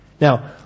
Now